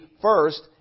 first